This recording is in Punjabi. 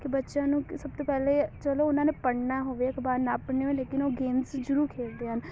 ਕਿ ਬੱਚਿਆਂ ਨੂੰ ਸਭ ਤੋਂ ਪਹਿਲੇ ਚਲੋ ਉਹਨਾਂ ਨੇ ਪੜ੍ਹਨਾ ਹੋਵੇ ਅਖ਼ਬਾਰ ਨਾ ਪੜ੍ਹਨਾ ਹੋਵੇ ਲੇਕਿਨ ਉਹ ਗੇਮਸ ਜ਼ਰੂਰ ਖੇਲਦੇ ਹਨ